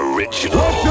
Original